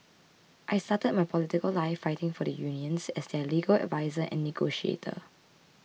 I started my political life fighting for the unions as their legal adviser and negotiator